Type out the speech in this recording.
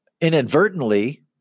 inadvertently